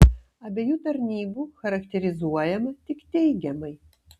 abiejų tarnybų charakterizuojama tik teigiamai